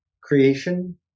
creation